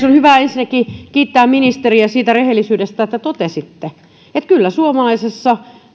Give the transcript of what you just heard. on hyvä ensinnäkin kiittää ministeriä siitä rehellisyydestä että totesitte että kyllä suomalaisessa